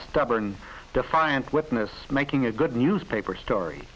stubborn defiant witness making a good newspaper story